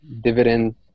dividend